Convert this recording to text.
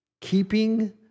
keeping